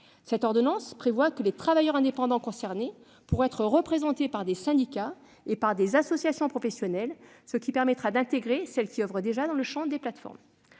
Cette ordonnance prévoit que les travailleurs indépendants concernés pourront être représentés par des syndicats et des associations professionnelles, ce qui permettra d'intégrer celles qui oeuvrent déjà dans le champ des plateformes.